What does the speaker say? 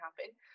happen